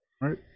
Right